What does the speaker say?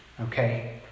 Okay